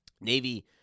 Navy